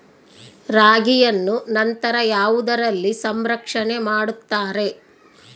ರಾಗಿಯನ್ನು ನಂತರ ಯಾವುದರಲ್ಲಿ ಸಂರಕ್ಷಣೆ ಮಾಡುತ್ತಾರೆ?